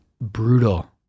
brutal